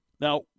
Now